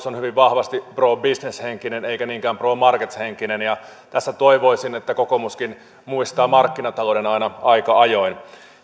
on hyvin vahvasti pro business henkinen eikä niinkään pro market henkinen ja tässä toivoisin että kokoomuskin muistaa markkinatalouden aina aika ajoin